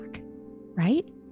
right